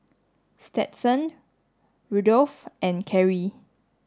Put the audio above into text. Stetson Rudolph and Carie